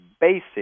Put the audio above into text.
basic